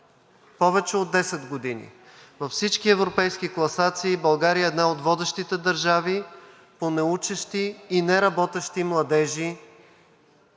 повече от 10 години, във всички европейски класации България е една от водещите държави по неучещи и неработещи младежи